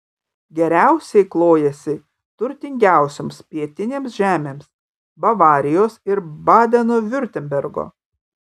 geriausiai klojasi turtingiausioms pietinėms žemėms bavarijos ir badeno viurtembergo